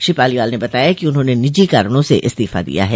श्री पालीवाल ने बताया कि उन्होंने निजी कारणों से इस्फीफा दिया है